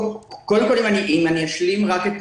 קודם כול אשלים רק את